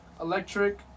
electric